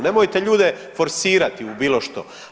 Nemojte ljude forsirati u bilo što.